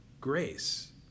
grace